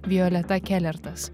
violeta kelertas